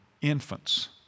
infants